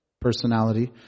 personality